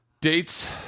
Dates